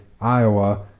Iowa